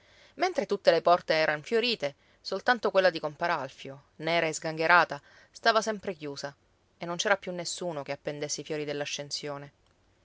mentre tutte le porte eran fiorite soltanto quella di compar alfio nera e sgangherata stava sempre chiusa e non c'era più nessuno che appendesse i fiori dell'ascensione